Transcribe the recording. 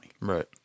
Right